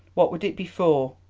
what would it be for?